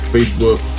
Facebook